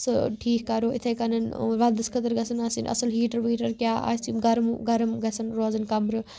سُہ ٹھیک کَرو یِتھاے کَن وَندس خٲطرٕ گَژھن آسٕنۍ اصل ہیٹر ویٹر کیا آسہِ گَرم گَرم گَژھن روزٕن کَمرٕ